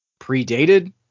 predated